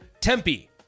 Tempe